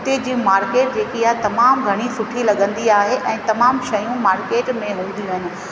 उते जी मार्केट जेकी आहे तमामु घणी सुठी लॻंदी आहे ऐं तमामु शयूं मार्केट में हूंदियूं आहिनि